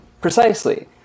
Precisely